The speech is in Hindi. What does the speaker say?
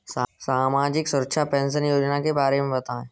सामाजिक सुरक्षा पेंशन योजना के बारे में बताएँ?